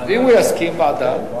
ואם הוא יסכים לוועדה, כן.